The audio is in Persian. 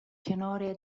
کنار